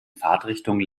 fahrtrichtung